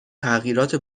تغییرات